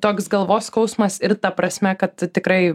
toks galvos skausmas ir ta prasme kad tikrai